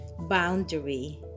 Boundary